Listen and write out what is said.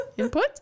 Input